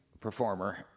performer